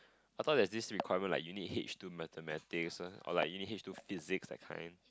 I though there's this requirement like you need H Two Mathematics or you need H Two Physics that kind